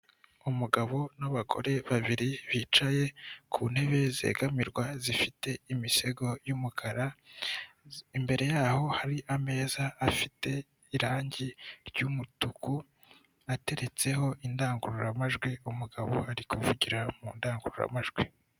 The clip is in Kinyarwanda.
Umugabo n'abagore babiri bicaye ku ntebe zegamirwa zifite imisego y' yumukara imbere imbere yaho hari ameza afite irangi ry'umutuku ateretseho, indangururamajwi umugabo ari kuvugira mu ndangururamajwi.